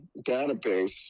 database